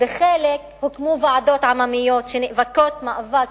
ובחלק הוקמו ועדות עממיות שנאבקות מאבק